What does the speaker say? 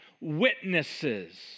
witnesses